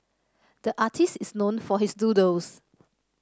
the artist is known for his doodles